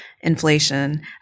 inflation